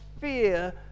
fear